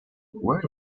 where